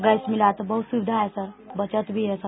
gas मिला तो बहुत सुविधा है सर बचत भी है सर